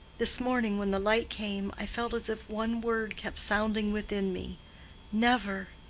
this morning when the light came, i felt as if one word kept sounding within me never!